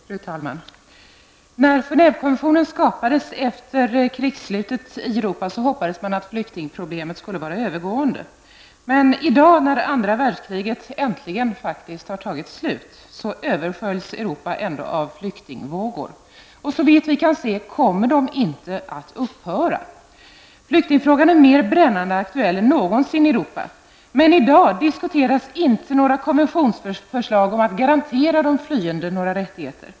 Fru talman! När Genèvekonventionen skapades efter krigets slut i Europa hoppades man att flyktingproblemet skulle vara övergående. Men i dag, när andra världskriget äntligen faktiskt har tagit slut, överfylls Europa ändå av flyktingvågor. Såvitt vi kan se kommer de inte att upphöra. Flyktingfrågan är mer brännande aktuell än någonsin i Europa, men i dag diskuteras inte några konventionsförslag om att garantera de flyende några rättigheter.